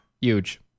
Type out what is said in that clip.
Huge